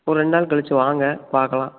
ஒரு ரெண்டு நாள் கழித்து வாங்க பார்க்கலாம்